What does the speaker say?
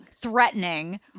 Threatening